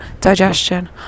digestion